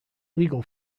legal